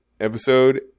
episode